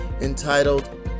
entitled